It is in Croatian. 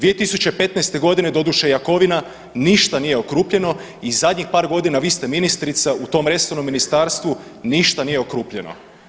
2015. godine doduše Jakovina ništa nije okrupnjeno i zadnjih par godina vi ste ministrica u tom resornom ministarstvu, ništa nije okrupnjeno.